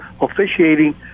officiating